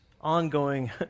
ongoing